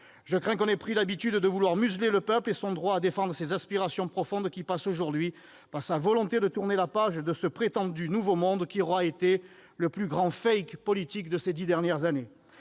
Je crains que l'on ait pris l'habitude de vouloir museler le peuple et son droit à défendre ses aspirations profondes, aujourd'hui sa volonté de tourner la page du prétendu nouveau monde- le plus grand politique des dix dernières années